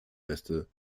beste